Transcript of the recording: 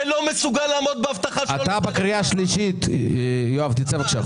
אתה בקריאה שלישית, יואב, תצא בבקשה החוצה.